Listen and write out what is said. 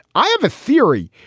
i have a theory.